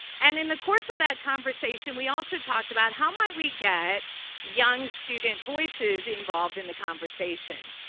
and in the course of that conversation, we also talked about how might we get young student voices involved in the conversation?